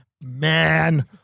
man